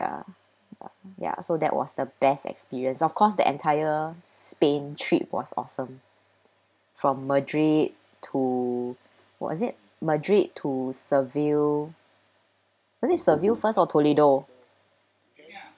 ya ya ya so that was the best experience of course the entire spain trip was awesome from madrid to what was it madrid to seville was it seville first or toledo